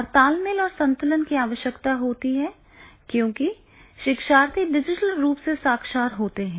और तालमेल और संतुलन की आवश्यकता होती है क्योंकि शिक्षार्थी डिजिटल रूप से साक्षर होते हैं